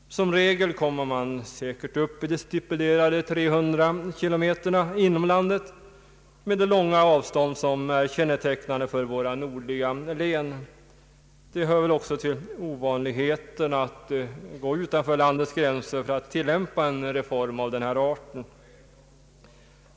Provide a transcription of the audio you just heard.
Som regel kommer man säkert upp i stipulerade 300 kilometer inom landet med de långa avstånd som är kännetecknande för våra nordliga län. Det hör väl också till ovanligheterna att gå utanför landets gränser för att tilllämpa en reform av den här arten.